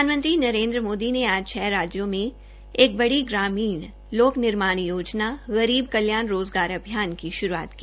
प्रधानमंत्री नरेन्द्र मोदी ने आज छः राज्यों में एक बड़ी ग्रामीण लोक निर्माण योजना गरीब कल्याण रोजगार अभियान की शुरूआत की